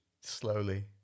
Slowly